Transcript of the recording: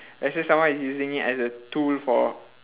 especially someone is using it as a tool for